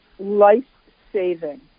life-saving